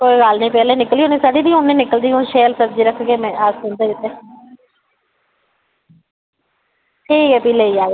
कोई गल्ल निं पैह्लें निकली दी सड़ी दी हून निं निकलदी हून शैल सब्ज़ी रक्खगे ठीक ऐ भी लेई जाएओ